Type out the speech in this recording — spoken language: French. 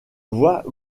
voix